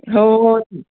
हो हो